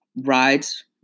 rides